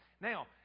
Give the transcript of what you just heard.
Now